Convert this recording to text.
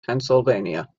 pennsylvania